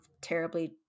terribly